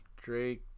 drake